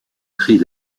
créer